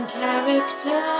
character